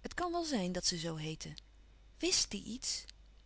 het kan wel zijn dat ze zoo heette wst die iets